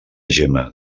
gemma